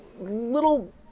little